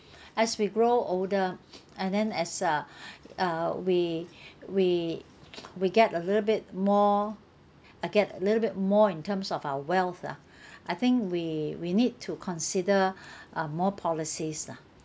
as we grow older and then as a uh we we we get a little bit more uh get a little bit more in terms of our wealth lah I think we we need to consider uh more policies lah